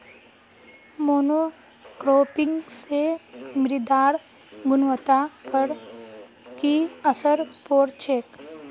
monocropping स मृदार गुणवत्ता पर की असर पोर छेक